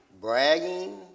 bragging